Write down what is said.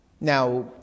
Now